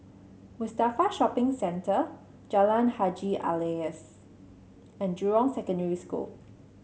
Mustafa Shopping Centre Jalan Haji Alias and Jurong Secondary School